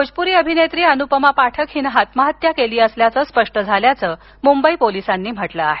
भोजपुरी अभिनेत्री अनुपमा पाठक हिने आत्महत्या केली असल्याच स्पष्ट झाल आहे अस मुंबई पोलिसांनी म्हटल आहे